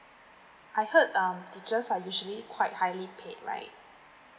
I heard um teachers are usually quite highly paid right